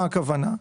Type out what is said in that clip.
מה הכוונה?